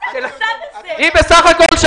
בר מצוות, חתונות וכו'.